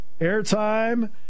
Airtime